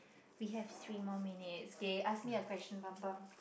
we have three more minutes okay ask me a question Bambang